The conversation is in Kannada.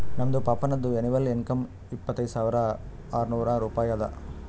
ನಮ್ದು ಪಪ್ಪಾನದು ಎನಿವಲ್ ಇನ್ಕಮ್ ಇಪ್ಪತೈದ್ ಸಾವಿರಾ ಆರ್ನೂರ್ ರೂಪಾಯಿ ಅದಾ